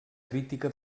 crítica